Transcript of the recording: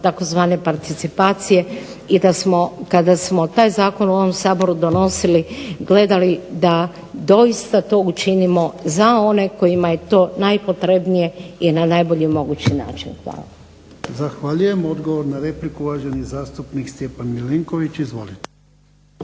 tzv. participacije i da smo kada smo taj zakon u ovom Saboru donosili gledali da doista to učinimo za one kojima je to najpotrebnije i na najbolji mogući način. Hvala. **Jarnjak, Ivan (HDZ)** Zahvaljujem. Odgovor na repliku, uvaženi zastupnik Stjepan Milinković. Izvolite.